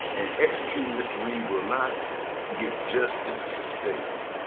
and executing mr. reed will not give justice to stacey.